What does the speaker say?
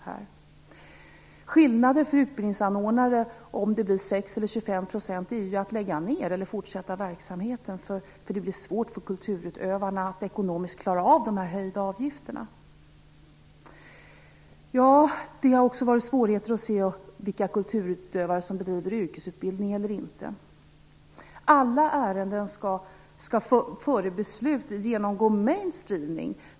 Om det blir 6 % eller 25 % är avgörande för om en utbildningsanordnare skall lägga ned eller fortsätta verksamheten. Det blir svårt för kulturutövarna att klara de höjda avgifterna ekonomiskt. Det har också varit svårt att avgöra vilka kulturutövare som bedriver yrkesutbildning eller inte. Alla ärenden skall före beslut genomgå main streaming.